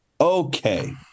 okay